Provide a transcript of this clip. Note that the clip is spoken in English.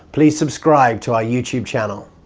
please subscribe to our youtube channel.